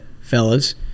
fellas